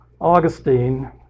Augustine